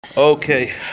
Okay